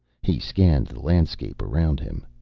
he scanned the landscape around him.